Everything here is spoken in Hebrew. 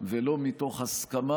ולא מתוך הסכמה.